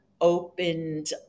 opened